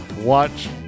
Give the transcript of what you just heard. watch